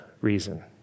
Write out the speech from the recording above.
reason